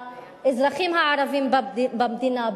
האזרחים הערבים במדינה,